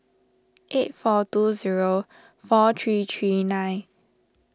eight four two zero four three three nine